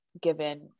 given